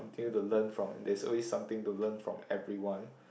continue to learn from there's always something to learn from everyone